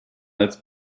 als